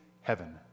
heaven